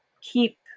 keep